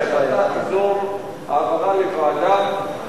העברה לוועדה,